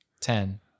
Ten